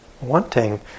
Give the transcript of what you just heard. wanting